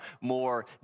more